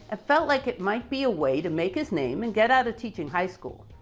it felt like it might be a way to make his name and get out of teaching high school.